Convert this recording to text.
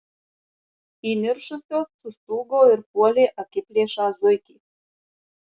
įniršusios sustūgo ir puolė akiplėšą zuikį